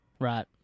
Right